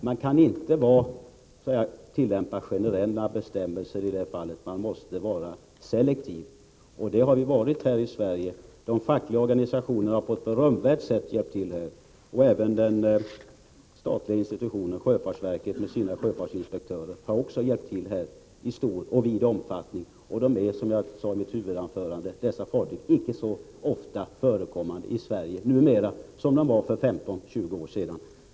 Man kan inte tillämpa generella bestämmelser i detta fall. Man måste vara selektiv, och det har vi varit här i Sverige. De fackliga organisationerna har på ett berömvärt sätt hjälpt till, och även den statliga institutionen, sjöfartsverket med sina sjöfartsinspektörer, har hjälpt till i vid omfattning. Dessa fartyg är, som jag sade i mitt huvudanförande, icke så ofta förekommande i Sverige numera som de var för 15 eller 20 år sedan.